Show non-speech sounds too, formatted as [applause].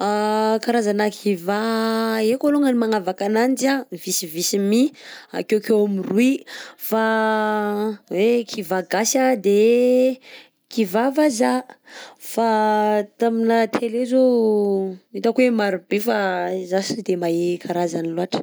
[hesitation] Karazana kivà haiko alongany ny magnavaka ananjy anh visivisy mi, akeokeo am'roy, fa hoe kivà gasy anh de kivà vazaha. _x000D_ Fa taminà la télé zao hitako hoe maro be fa izaho sy de mahay karazany loatra.